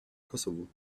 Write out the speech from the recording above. kosovo